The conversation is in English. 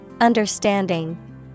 Understanding